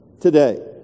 today